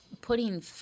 putting